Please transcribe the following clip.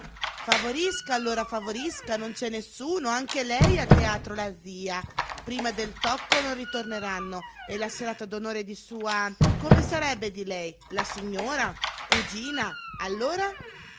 favorisca allora favorisca non c'è nessuno anche lei a teatro la zia prima del tocco non ritorneranno è la serata d'onore di sua come sarebbe di lei la signora cugina allora